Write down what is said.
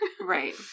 right